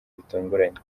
bitunguranye